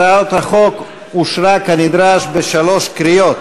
הצעת החוק אושרה כנדרש בשלוש קריאות.